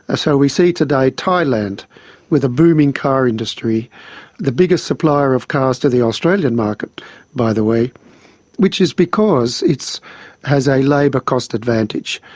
ah so we see today thailand with a booming car industry the biggest supplier of cars to the australian market by the way which is because it has a labour cost advantage.